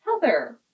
Heather